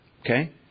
okay